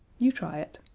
you try it.